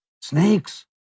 snakes